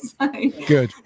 Good